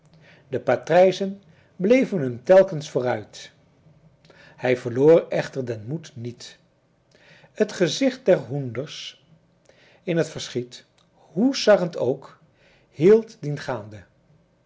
de patrijzen bleven hem telkens vooruit hij verloor echter den moed niet het gezicht der hoenders in t verschiet hoe sarrend ook hield dien gaande